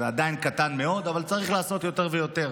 זה עדיין קטן מאוד, אבל צריך לעשות יותר ויותר.